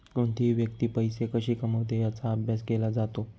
कोणतीही व्यक्ती पैसे कशी कमवते याचा अभ्यास केला जातो